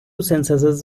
censuses